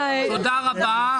תודה רבה.